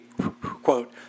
quote